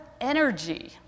energy